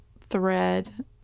thread